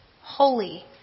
holy